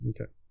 Okay